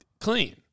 clean